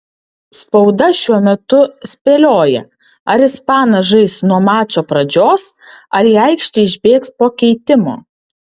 spauda šiuo metu spėlioja ar ispanas žais nuo mačo pradžios ar į aikštę išbėgs po keitimo